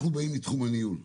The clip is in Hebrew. אנחנו באים מתחום הניהול,